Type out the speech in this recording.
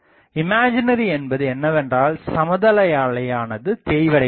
imaginary என்பது என்னவென்றால் சமதள அலையானது தேய்வடைகிறது